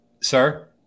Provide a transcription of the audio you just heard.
Sir